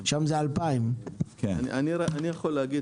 שם זה 2,000. אני יכול להגיד,